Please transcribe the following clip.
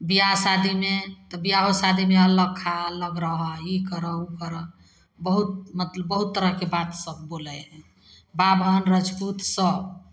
बिआह शादीमे तऽ बिआहो शादीमे अलग खा अलग रहै ई करऽ ओ करऽ बहुत मतलब बहुत तरहके बात सब बोलै हइ बाभन रजपूतसब